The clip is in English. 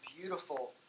beautiful